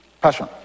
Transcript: passion